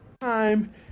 Time